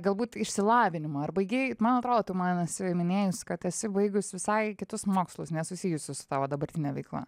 galbūt išsilavinimą ar baigei man atrodo tu man esi minėjus kad esi baigus visai kitus mokslus nesusijusius su tavo dabartine veikla